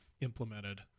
implemented